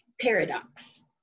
Paradox